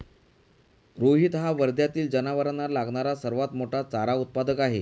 रोहित हा वर्ध्यातील जनावरांना लागणारा सर्वात मोठा चारा उत्पादक आहे